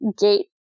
gate